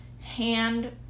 hand